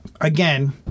Again